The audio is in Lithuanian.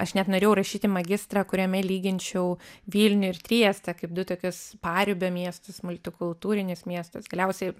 aš net norėjau rašyti magistrą kuriame lyginčiau vilnių ir triestą kaip du tokius paribio miestus multikultūrinius miestus galiausiai